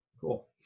cool